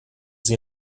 sie